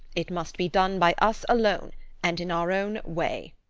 it must be done by us alone and in our own way.